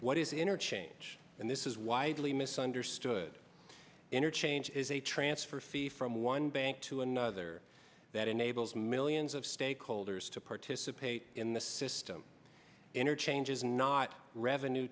what is interchange and this is widely misunderstood interchange is a transfer fee from one bank to another that enables millions of stakeholders to participate in the system interchange is not revenue